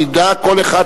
שידע כל אחד,